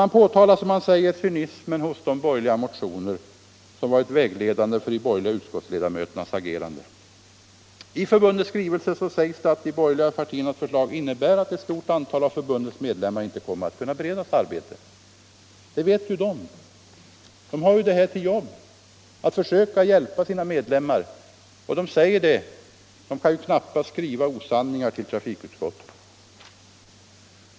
Man påtalar där, som man säger, cynismen hos de borgerliga motioner som varit vägledande för de borgerliga utskottsledamöternas agerande. I förbundets skrivelse framhålls bl.a.: ”De borgerliga partiernas förslag —-—-- innebär att ett stort antal av vårt förbunds medlemmar inte kommer att kunna beredas arbete.” Detta vet ju Byggnadsarbetareförbundet. Det är ju dess uppgift att försöka hjälpa sina medlemmar, och dess företrädare kan ju knappast skriva osanningar till trafikutskottet.